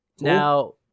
Now